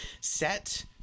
set